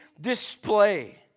display